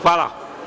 Hvala.